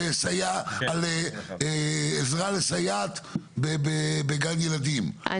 על עזרה לסייעת בגן ילדים,